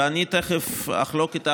ואני תכף אחלוק איתך,